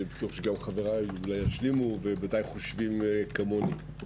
אני בטוח שגם חבריי אולי ישלימו ובוודאי חושבים כמוני.